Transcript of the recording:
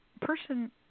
person